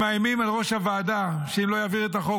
הם מאיימים על ראש הוועדה שאם לא יעביר את החוק,